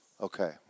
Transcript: Okay